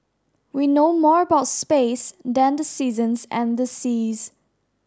we know more about space than the seasons and the seas